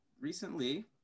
recently